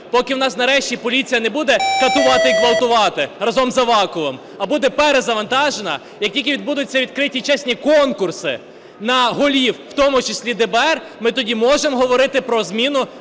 поки в нас нарешті поліція не буде катувати і ґвалтувати разом з Аваковим, а буде перезавантажена, як тільки відбудуться відкриті чесні конкурси на голів, в тому числі ДБР, ми тоді можемо говорити про зміну